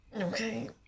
Okay